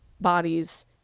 bodies